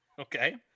Okay